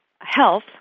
health